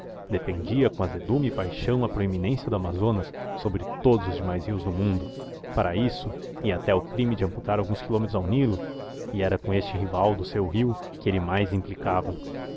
defendia com azedume e paixão a proeminência do amazonas sobre todos os demais rios do mundo para isso ia até ao crime de amputar alguns quilômetros ao nilo e era com este rival do seu rio que ele mais implicava